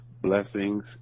blessings